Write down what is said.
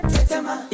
Tetema